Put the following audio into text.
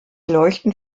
leuchten